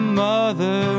mother